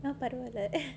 no but what ah